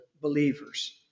believers